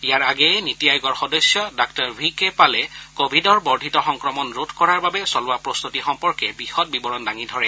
ইয়াৰে আগেয়ে নীতি আয়োগৰ সদস্য ডাঃ ভি কে পালে কভিডৰ বৰ্ধিত সংক্ৰম ৰোধ কৰাৰ বাবে চলোৱা প্ৰস্তুতি সম্পৰ্কে বিশদ বিৱৰণ দাঙি ধৰে